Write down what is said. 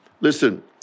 Listen